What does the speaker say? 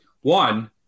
One